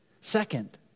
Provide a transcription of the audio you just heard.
Second